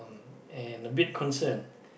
and a bit concerned